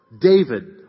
David